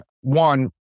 One